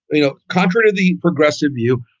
you know, contrary to the progressive view,